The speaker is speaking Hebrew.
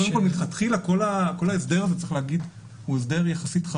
מלכתחילה כל ההסדר הזה הוא הסדר חריג יחסית.